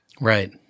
Right